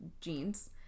jeans